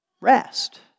Rest